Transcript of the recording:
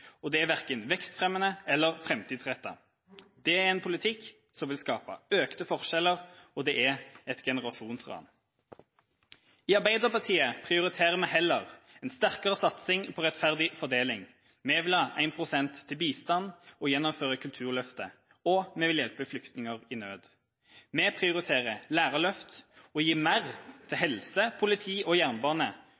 skattekutt. Det er verken vekstfremmende eller framtidsrettet. Det er en politikk som vil skape økte forskjeller, og det er et generasjonsran. I Arbeiderpartiet prioriterer vi heller en sterkere satsing på rettferdig fordeling. Vi vil ha 1 pst. til bistand, gjennomføre kulturløftet, og vi vil hjelpe flyktninger i nød. Vi prioriterer lærerløft og gir mer til